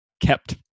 kept